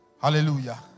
Hallelujah